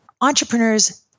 entrepreneurs